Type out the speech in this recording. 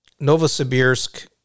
Novosibirsk